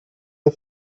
the